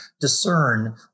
discern